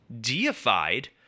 deified